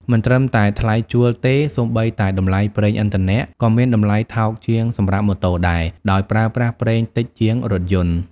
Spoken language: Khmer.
មិនត្រឹមតែថ្លៃជួលទេ សូម្បីតែ តម្លៃប្រេងឥន្ធនៈ ក៏មានតម្លៃថោកជាងសម្រាប់ម៉ូតូដែរ ដោយប្រើប្រាស់ប្រេងតិចជាងរថយន្ត។